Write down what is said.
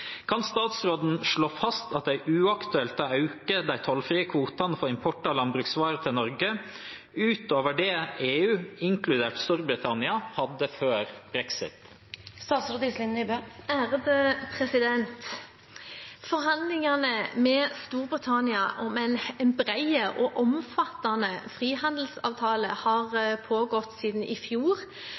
Kan statsråden slå fast at det er uaktuelt å øke de tollfrie kvotene for import av landbruksvarer til Norge ut over det EU, inkludert Storbritannia, hadde før brexit?» Forhandlingene med Storbritannia om en bred og omfattende frihandelsavtale har pågått siden i fjor